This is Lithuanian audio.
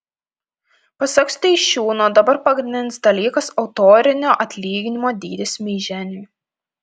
pasak steišiūno dabar pagrindinis dalykas autorinio atlyginimo dydis meiženiui